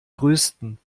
größten